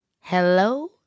Hello